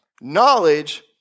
Knowledge